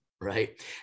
right